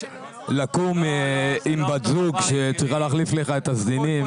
לקום עם בת זוג שצריכה להחליף לך את הסדינים,